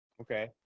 okay